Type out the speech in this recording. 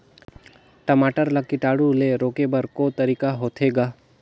टमाटर ला कीटाणु ले रोके बर को तरीका होथे ग?